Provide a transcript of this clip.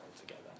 together